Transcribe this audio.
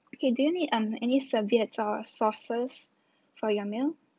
okay do you need um any serviettes or sauces for your meal